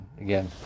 Again